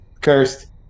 cursed